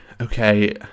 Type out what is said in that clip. okay